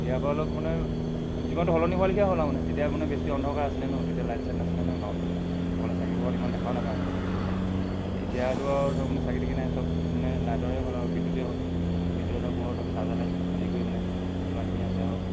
দিয়াৰপৰা অলপ মানে জীৱনটো সলনি হোৱাৰলেখীয়া হ'ল আৰু মানে তেতিয়া মানে বেছি অন্ধকাৰ আছিলে ন তেতিয়া লাইট চাইট নাছিলে ন গাঁৱত অকল চাকি পোহৰত ইমান দেখাও নাপায় মানে এতিয়াতো আৰু ধৰক মানে চাকি টাকি নাই চব মানে লাইটৰে হ'ল আৰু বিদ্যুতেই হ'ল এই বিদ্যুতৰ পোহৰ ধৰক চাৰ্জাৰ লাইট আদি কৰি মানে যিমানখিনি আছে আৰু